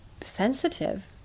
sensitive